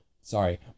Sorry